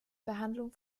behandlung